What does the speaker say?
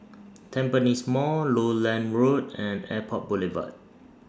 Tampines Mall Lowland Road and Airport Boulevard